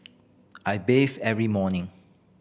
I bathe every morning